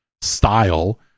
style